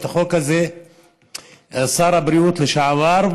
שר הבריאות לשעבר,